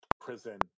prison